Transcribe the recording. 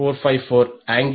454 angle minus 10